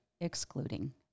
excluding